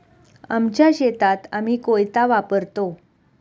आमच्या शेतात आम्ही कोयता वापरतो